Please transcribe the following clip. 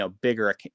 bigger